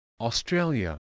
Australia